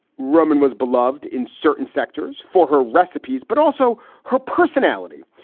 roman was beloved in certain sectors for her recipes, but also her personality,